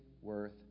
worth